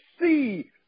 see